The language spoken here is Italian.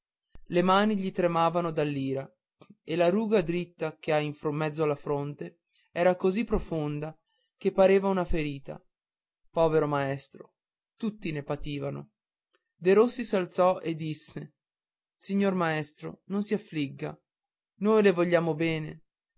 le mani gli tremavano dall'ira e la ruga diritta che ha in mezzo alla fronte era così profonda che pareva una ferita povero maestro tutti ne pativano derossi s'alzò e disse signor maestro non si affligga noi le vogliamo bene